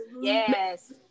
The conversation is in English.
Yes